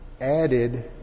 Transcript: added